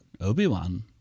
obi-wan